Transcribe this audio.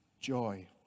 joy